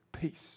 peace